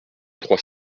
trois